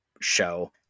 show